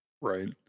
Right